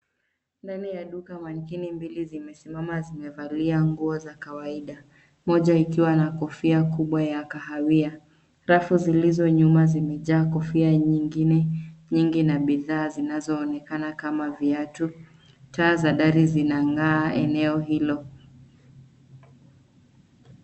Ndani ya duka manekini mbili zimesimama zimevalia nguo za kawaida. Moja ikiwa na kofia kubwa ya kahawia. Rafu zilizonyuma zimejaa kofia nyingine nyingi na bidhaa zinazoonekana kama viatu. Taa za dari zinang'aa eneo hilo.